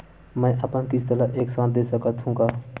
मै अपन किस्त ल एक साथ दे सकत हु का?